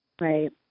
Right